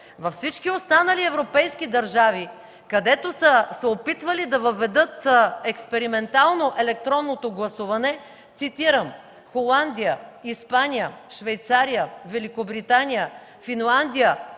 Във всички останали европейски държави, където са се опитвали да въведат експериментално електронното гласуване, цитирам: „Холандия, Испания, Швейцария, Великобритания, Финландия,